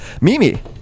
Mimi